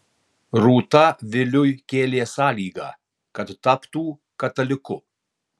rūta viliui kėlė sąlygą kad taptų kataliku